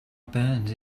burns